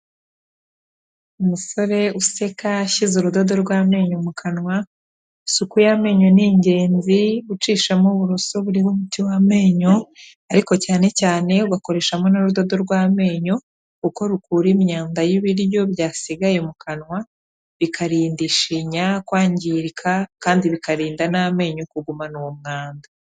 Umusore useka ashyize urudodo rw'amenyo mu kanwa, isuku y'amenyo ni ingenzi, ucishamo uburoso buriho umuti w'amenyo, ariko cyane cyane ugakoreshamo n'urudodo rw'amenyo, kuko rukura imyanda y'ibiryo byasigaye mu kanwa, bikarinda ishinya kwangirika kandi bikarinda n'amenyo kugumana uwo mwanda.